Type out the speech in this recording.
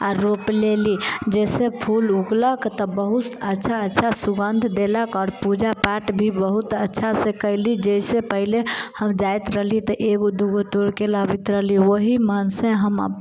आ रोपि लेलहूँ जाहिसँ फूल उगलक तऽ बहुत अच्छा अच्छा सुगन्ध देलक आओर पूजा पाठ भी बहुत अच्छासँ कैली जेना पहिले हम जाइत रहली तऽ एगो दू गो तोड़िके लाबैत रहली ओएह मनसँ हम अब